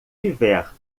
tiver